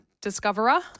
discoverer